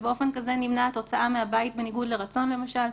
ובאופן כזה נמנעת הוצאה מהבית בניגוד לרצון למשל.